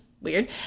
weird